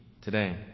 today